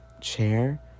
chair